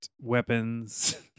weapons